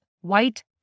white